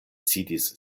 sidis